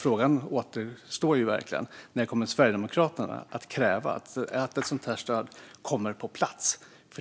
Frågan återstår alltså: När kommer Sverigedemokraterna att kräva att ett sådant här stöd kommer på plats?